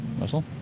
Russell